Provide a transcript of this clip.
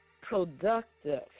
productive